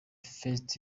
first